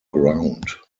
ground